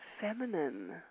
feminine